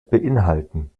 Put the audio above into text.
beinhalten